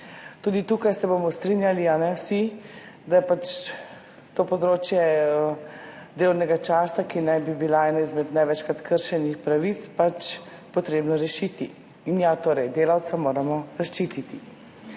Tudi tukaj se bomo vsi strinjali, da je pač to področje delovnega časa, ki naj bi bila ena izmed največkrat kršenih pravic, treba rešiti, torej delavca moramo zaščititi.